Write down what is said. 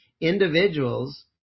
individuals